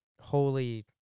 holy